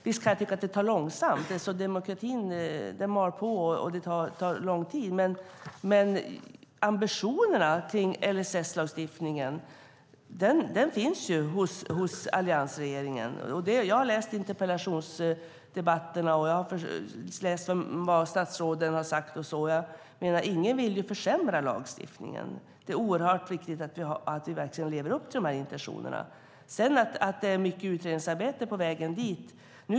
Visst kan jag tycka att det går långsamt. Demokratin mal på, och det tar lång tid. Men ambitionerna för LSS-lagstiftningen finns hos alliansregeringen. Jag har läst interpellationsdebatterna och vad statsråden har sagt, och ingen vill försämra lagstiftningen. Det är viktigt att vi lever upp till intentionerna. Det är dock mycket utredningsarbete på vägen dit.